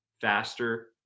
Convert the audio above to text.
faster